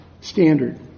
standard